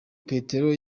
petero